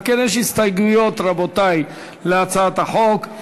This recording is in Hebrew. אם כן, יש הסתייגויות, רבותי, להצעת החוק.